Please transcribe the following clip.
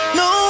no